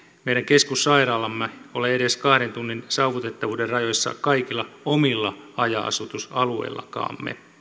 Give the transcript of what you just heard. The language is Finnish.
meidän keskussairaalamme ole edes kahden tunnin saavutettavuuden rajoissa kaikilla omilla haja asutusalueillammekaan